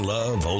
Love